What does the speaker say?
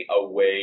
away